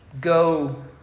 go